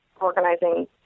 organizing